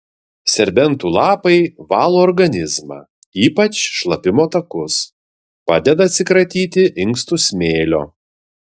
serbentų lapai valo organizmą ypač šlapimo takus padeda atsikratyti inkstų smėlio